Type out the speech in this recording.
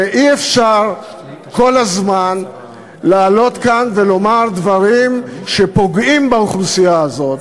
ואי-אפשר כל הזמן לעלות כאן ולומר דברים שפוגעים באוכלוסייה הזאת.